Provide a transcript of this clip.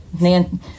Nan